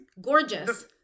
gorgeous